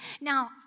now